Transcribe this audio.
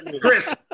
Chris